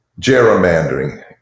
gerrymandering